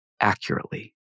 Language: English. accurately